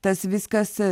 tas viskas